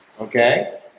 Okay